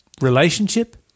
relationship